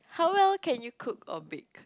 how well can you cook or bake